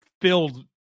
filled